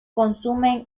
consumen